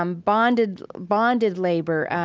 um bonded bonded labor.